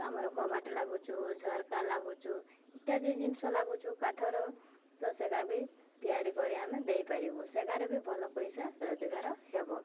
ଆମର କବାଟ ଲାଗୁଛୁ ଝରକା ଲାଗୁଛୁ ଇତ୍ୟାଦି ଜିନିଷ ଲାଗୁଛୁ କାଠର ତ ସେଗା ବି ତିଆରି କରି ଆମେ ଦେଇପାରିବୁ ସେଗାରେ ବି ଭଲ ପଇସା ରୋଜଗାର ହେବ